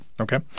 Okay